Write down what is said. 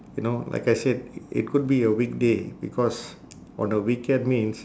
you know like I said i~ it could be a weekday because on a weekend means